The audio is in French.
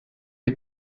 est